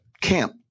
Camp